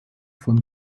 von